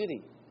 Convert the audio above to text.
City